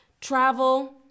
travel